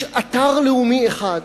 יש אתר לאומי אחד